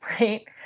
Right